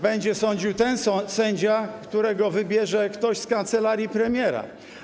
Będzie sądził ten sędzia, którego wybierze ktoś z kancelarii premiera.